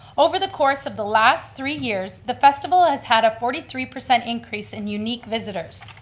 over the course of the last three years, the festival has had a forty three percent increase in unique visitors.